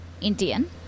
Indian